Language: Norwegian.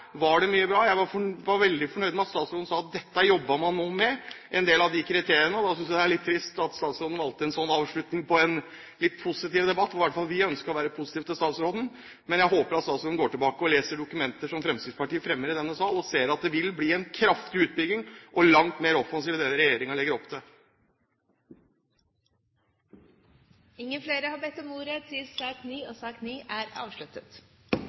det var mye bra her. Jeg var veldig fornøyd med at statsråden sa at en del av disse kriteriene jobber man nå med. Da synes jeg det er litt trist at statsråden valgte en slik avslutning på en litt positiv debatt. I hvert fall ønsket vi å være positive til statsråden. Men jeg håper at statsråden går tilbake og leser dokumenter som Fremskrittspartiet fremmer i denne salen, og ser at det vil bli en kraftig utbygging – og langt mer offensivt enn det regjeringen legger opp til. Flere har ikke bedt om ordet til sak nr. 9. Eg synest det er